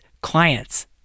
clients